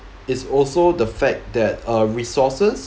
is also the fact that uh resources